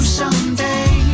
someday